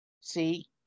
see